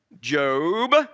Job